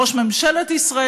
ראש ממשלת ישראל,